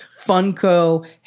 Funko